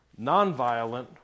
nonviolent